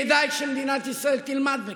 כדאי שמדינת ישראל תלמד מכך.